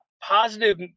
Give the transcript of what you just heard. positive